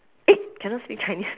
eh cannot speak chinese